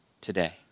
today